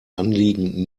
anliegen